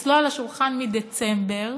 אצלו על השולחן מדצמבר